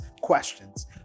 questions